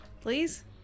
please